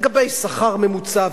לגבי שכר ממוצע,